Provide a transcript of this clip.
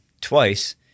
twice